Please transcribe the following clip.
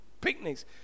picnics